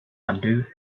undo